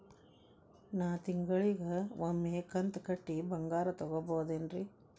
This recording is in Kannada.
ನಾ ತಿಂಗಳಿಗ ಒಮ್ಮೆ ಕಂತ ಕಟ್ಟಿ ಬಂಗಾರ ತಗೋಬಹುದೇನ್ರಿ?